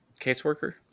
Caseworker